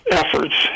efforts